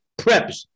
preps